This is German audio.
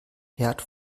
herd